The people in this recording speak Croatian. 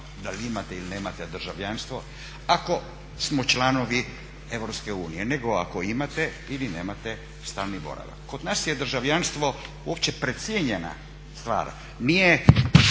da li imate ili nemate državljanstvo ako smo članovi EU, nego ako imate ili nemate stalni boravak. Kod nas je državljanstvo uopće precijenjena stvar, nije